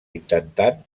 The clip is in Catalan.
intentant